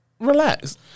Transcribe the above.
Relax